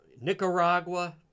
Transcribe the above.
Nicaragua